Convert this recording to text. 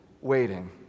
waiting